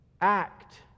act